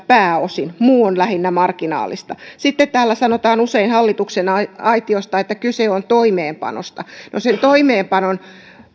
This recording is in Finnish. pääosin digitalisaatiosta muu on lähinnä marginaalista sitten täällä sanotaan usein hallituksen aitiosta että kyse on toimeenpanosta no sen toimeenpanon